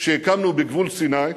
שהקמנו בגבול סיני,